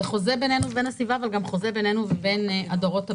זה חוזה בינינו ובין הסביבה וגם חוזה בינינו ובין הדורות הבאים.